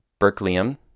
Berkelium